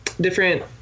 different